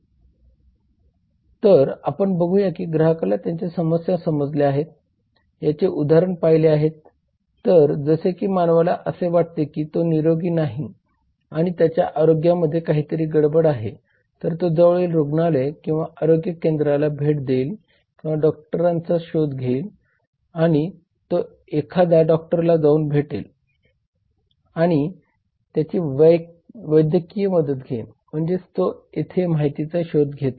तर आपण बघूया की ग्राहकाला त्याच्या समस्या समजल्या आहेत याचे उदाहरण पहिले तर जसे की मानवाला असे वाटते की तो निरोगी नाही आणि त्याच्या आरोग्यामध्ये काहीतरी गडबड आहे तर तो जवळील रुग्णालय किंवा आरोग्य केंद्राला भेट देईल किंवा डॉक्टरांचा शोध घेईल आणि तो एखाद्याला डॉक्टरला जाऊन भेटेल आणि त्याची वैद्यकीय मदत घेईन म्हणजेच तो येथे माहितीचा शोध घेतो